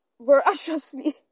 voraciously